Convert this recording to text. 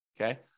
okay